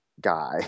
guy